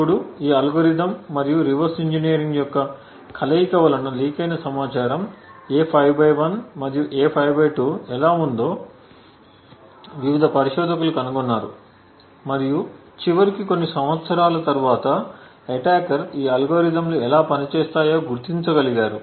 ఇప్పుడు ఈ అల్గోరిథం మరియు రివర్స్ ఇంజనీరింగ్ యొక్క కలయిక వలన లీకైన సమాచారం A51 మరియు A52 ఎలా ఉందో వివిధ పరిశోధకులు కనుగొన్నారు మరియు చివరికి కొన్ని సంవత్సరాల తరువాత అటాకర్ ఈ అల్గోరిథంలు ఎలా పనిచేస్తాయో గుర్తించగలిగారు